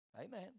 Amen